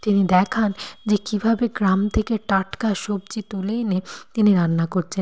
তিনি দেখান যে কীভাবে গ্রাম থেকে টাটকা সবজি তুলে এনে তিনি রান্না করছেন